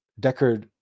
Deckard